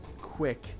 quick